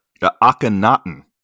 Akhenaten